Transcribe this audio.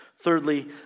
Thirdly